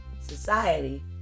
Society